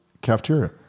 cafeteria